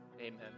amen